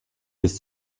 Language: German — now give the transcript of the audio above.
bis